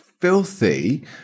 filthy